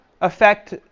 affect